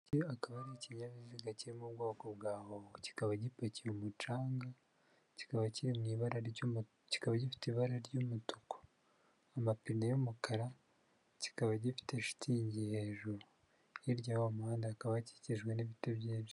Iki akaba ari ikinyabiziga kiri mu bwoko bwa hoho kikaba gipakiye umucanga, kikaba kiri mu ibara kikaba gifite ibara ry'umutuku, amapine y'umukara, kikaba gifite shitingi hejuru, hirya wa muhanda hakaba hakikijwe n'ibiti byinshi.